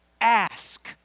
ask